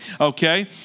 okay